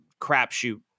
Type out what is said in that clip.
crapshoot